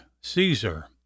Caesar